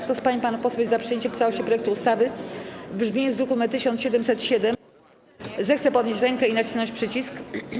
Kto z pań i panów posłów jest za przyjęciem w całości projektu ustawy w brzmieniu z druku nr 1707, zechce podnieść rękę i nacisnąć przycisk.